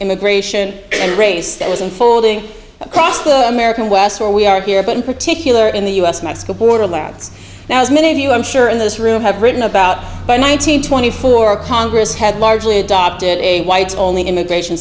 immigration and race that was unfolding across the american west where we are here but in particular in the us mexico border lads now as many of you i'm sure in this room have written about by nineteen twenty four congress had largely adopted a whites only immigration